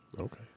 Okay